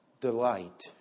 delight